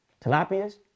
tilapias